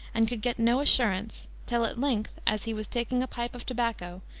and could get no assurance, till, at length, as he was taking a pipe of tobacco,